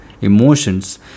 emotions